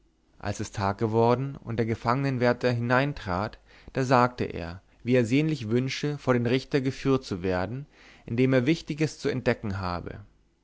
als es tag geworden und der gefangenwärter hineintrat da sagte er wie er sehnlich wünsche vor den richter geführt zu werden indem er wichtiges zu entdecken habe